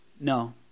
No